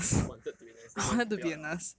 you wanted to be a nurse so now 不要 liao ah